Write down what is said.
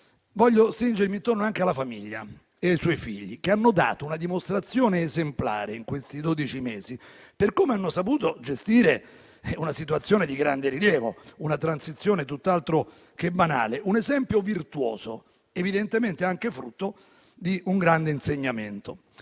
Voglio anche stringermi attorno alla famiglia e ai suoi figli, che hanno dato una dimostrazione esemplare in questi dodici mesi per come hanno saputo gestire una situazione di grande rilievo, una transizione tutt'altro che banale, un esempio virtuoso, evidentemente anche frutto di un grande insegnamento.